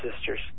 sisters